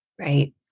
Right